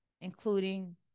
including